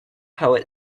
poet